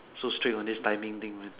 so strict on this timing thing man